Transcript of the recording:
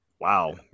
Wow